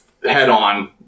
Head-on